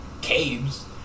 caves